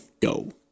go